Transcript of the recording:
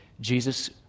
Jesus